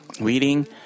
reading